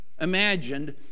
imagined